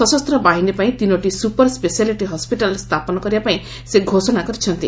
ସଶସ୍ତ୍ରବାହିନୀ ପାଇଁ ତିନୋଟି super speciality hospital ସ୍ଥାପନ କରିବା ପାଇଁ ସେ ଘୋଷଣା କରିଛନ୍ତି